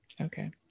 okay